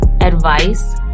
advice